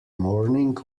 morning